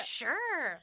sure